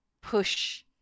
push